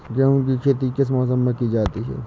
गेहूँ की खेती किस मौसम में की जाती है?